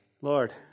Lord